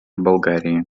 болгарии